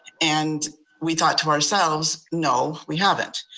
and we thought to ourselves, no, we haven't.